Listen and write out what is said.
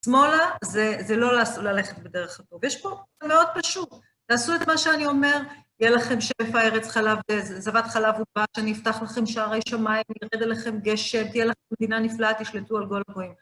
שמאלה זה לא ללכת בדרך אותו, ויש פה משהו מאוד פשוט. תעשו את מה שאני אומר, יהיה לכם שפע הארץ חלב, זבת חלב ודבש, אני אפתח לכם שערי שמיים, ירד לכם גשם, תהיה לכם מדינה נפלאה, תשלטו על כל הגויים